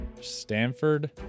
Stanford